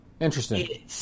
Interesting